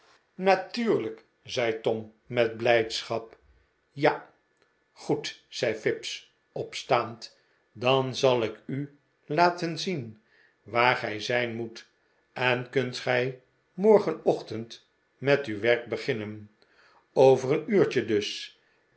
natuurlijk zei tom met blijdschap ja goed zei fips opstaand dan zal ik u laten zien waargij zijn moet en kunt gij morgenochtend met uw werk beginnen over een uurtje dus